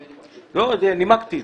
נימקתי.